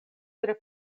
tre